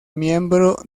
miembro